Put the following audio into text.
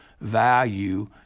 value